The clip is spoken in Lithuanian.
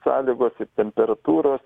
sąlygos ir temperatūros